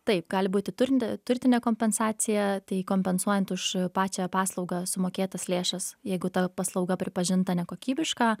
taip gali būti turnti turtinė kompensacija tai kompensuojant už pačią paslaugą sumokėtas lėšas jeigu ta paslauga pripažinta nekokybiška